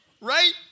right